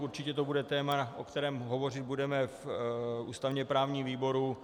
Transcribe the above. Určitě to bude téma, o kterém hovořit budeme v ústavněprávním výboru.